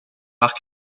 marque